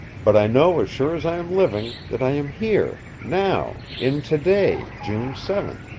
but i know as sure as i am living that i am here, now, in to-day, june seven,